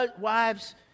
wives